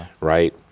right